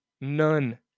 None